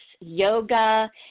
yoga